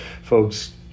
folks